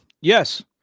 Yes